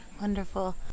Wonderful